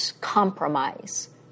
compromise